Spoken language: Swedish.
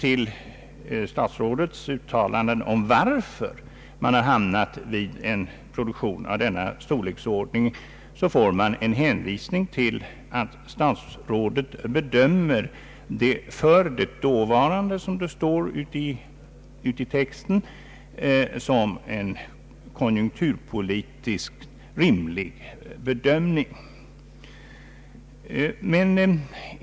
I statsrådets uttalande om orsaken till att man hamnat vid en produktion av denna storleksordning får man en hänvisning till att han anser detta ”för det dåvarande”, som en konjunkturpolitiskt rimlig bedömning, som det står i texten.